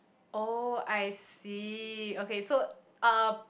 oh I see okay so um